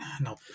No